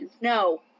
No